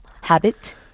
habit